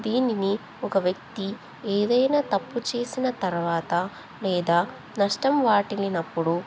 దీనిని ఒక వ్యక్తి ఏదైనా తప్పు చేసిన తర్వాత లేదా నష్టం వాటిల్లీనప్పుడు